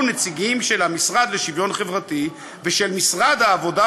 נציגים של המשרד לשוויון חברתי ושל משרד העבודה,